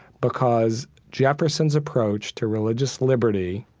because jefferson's approach to religious liberty,